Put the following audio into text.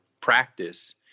practice